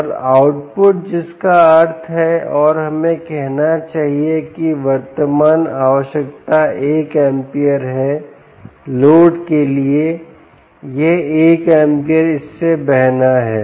और आउटपुट जिसका अर्थ है और हमें कहना चाहिए कि वर्तमान आवश्यकता 1 amp है लोड के लिए यह 1 amp इससे बहना है